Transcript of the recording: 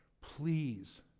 please